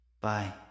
Bye